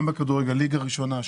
ליגה ראשונה,